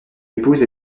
épouse